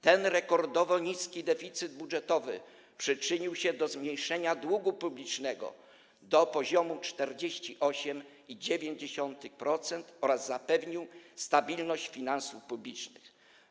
Ten rekordowo niski deficyt budżetowy przyczynił się do zmniejszenia długu publicznego do poziomu 48,9% oraz zapewnił stabilność finansów publicznych.